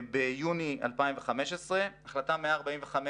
ביוני 2015 החלטה 145